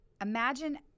Imagine